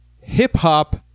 hip-hop